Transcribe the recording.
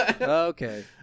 Okay